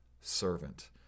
servant